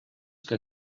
que